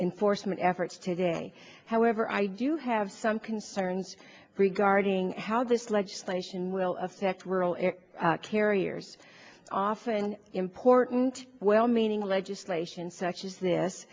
enforcement efforts today however i do have some concerns regarding how this legislation will affect rural air carriers often important well meaning legislation such as this